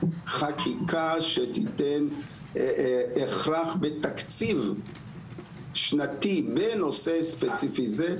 חקיקה שתיתן הכרח בתקציב שנתי בנושא ספציפי זה,